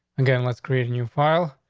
and and let's create a new file.